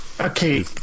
Okay